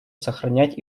сохранять